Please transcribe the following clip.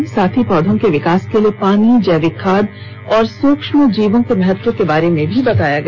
इसके साथ ही पौधों के विकास के लिए पानी जैविक खाद एवं सूक्ष्म जीवों के महत्व के बारे में भी बताया गया